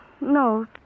no